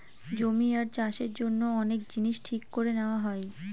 জমি আর চাষের জন্য অনেক জিনিস ঠিক করে নেওয়া হয়